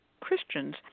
Christians